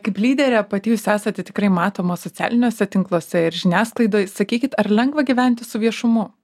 kaip lyderė pati jūs esate tikrai matoma socialiniuose tinkluose ir žiniasklaidoj sakykit ar lengva gyventi su viešumu